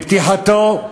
בפתיחתו.